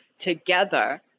together